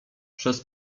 przez